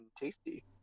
tasty